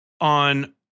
on